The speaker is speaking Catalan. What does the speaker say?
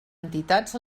entitats